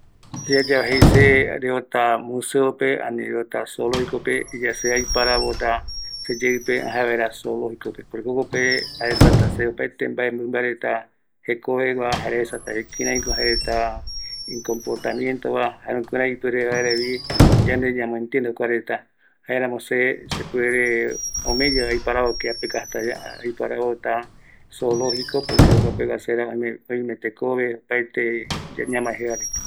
Ma ko se aja aiporu ma jaeko Museo, Museo pe jokope se jae opaete mbae aesa va reta va, jare ayemomaendua va reta, kirai ko yandeɨpɨ reta yogueru, yogueru va, esa jae ko jokua oesauka yandeve kua yaja yave ñamae japɨpe rupi opaete ombou yanemombaendua kirai rako, kurai rako yaiko yandepɨ arakae va reta ndie.